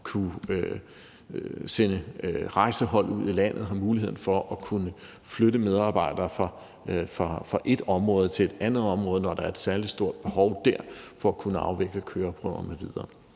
kunne sende rejsehold ud i landet, have muligheden for at kunne flytte medarbejdere fra ét område til et andet område, når der er et særligt stort behov der for at kunne afvikle køreprøver m.v.